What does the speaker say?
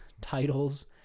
titles